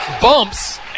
bumps